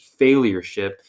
failureship